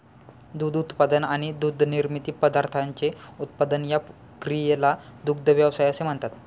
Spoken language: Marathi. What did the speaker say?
दूध उत्पादन आणि दुग्धनिर्मित पदार्थांचे उत्पादन या क्रियेला दुग्ध व्यवसाय असे म्हणतात